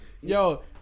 Yo